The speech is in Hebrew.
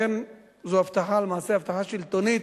זו אכן הבטחה שלטונית.